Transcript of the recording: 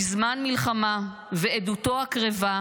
בזמן מלחמה ועדותו הקרבה,